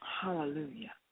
Hallelujah